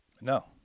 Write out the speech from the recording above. no